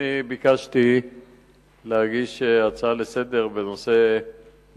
אני ביקשתי להגיש הצעה לסדר-היום על